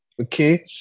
Okay